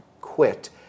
quit